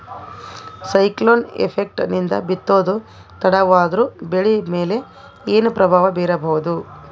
Cyclone effect ನಿಂದ ಬಿತ್ತೋದು ತಡವಾದರೂ ಬೆಳಿ ಮೇಲೆ ಏನು ಪ್ರಭಾವ ಬೀರಬಹುದು?